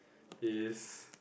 is